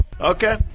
Okay